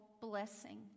blessing